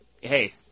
hey